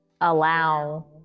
allow